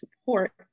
support